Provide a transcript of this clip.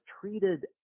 treated